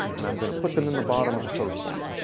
and i'm going to put them in the bottom of the code point,